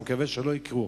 אני מקווה שלא יקרו.